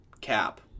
cap